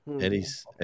Eddie's